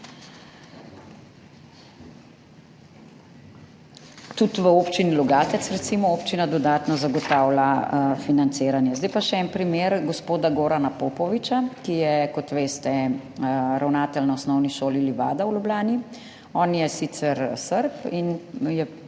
Tudi v Občini Logatec, recimo, občina dodatno zagotavlja financiranje. Zdaj pa še en primer gospoda Gorana Popoviča, ki je, kot veste, ravnatelj na Osnovni šoli Livada v Ljubljani. On je sicer Srb in je